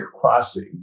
crossing